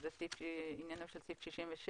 שזה עניינו של סעיף 66א,